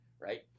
right